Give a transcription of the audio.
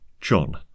John